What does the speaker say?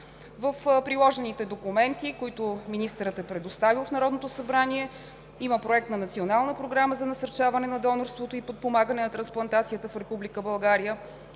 В приложените документи, които министърът е предоставил в Народното събрание има Проект на Национална програма за насърчаване на донорството и подпомагане на трансплантациите в